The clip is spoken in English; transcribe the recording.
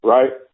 Right